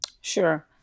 Sure